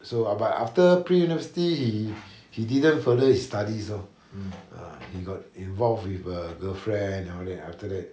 so ah but after pre-university he he didn't further his studies lor ah he got involved with uh girlfriend and all that after that